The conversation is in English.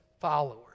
followers